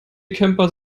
camper